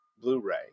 Blu-ray